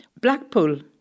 Blackpool